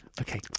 okay